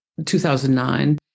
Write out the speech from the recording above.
2009